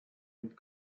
and